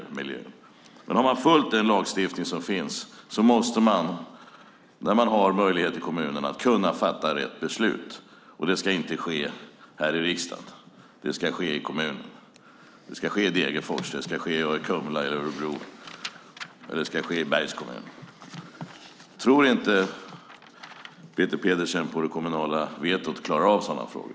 Om man har följt den lagstiftning som finns måste man kunna fatta rätt beslut i kommunen. Det ska inte ske här i riksdagen. Det ska ske i kommunen. Det ska ske i Degerfors, i Kumla, i Örebro eller i Bergs kommun. Tror inte Peter Pedersen att det kommunala vetot klarar av sådana frågor?